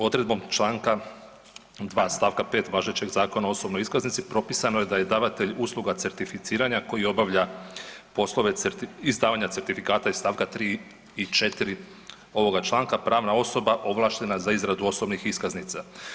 Odredbom Članka 2. stavka 5. važećeg Zakona o osobnoj iskaznici propisano je da je davatelj usluga certificiranja koji obavlja poslove izdavanja certifikata iz stavka 3. i 4. ovoga članka pravna osoba ovlaštena za izradu osobnih iskaznica.